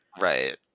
Right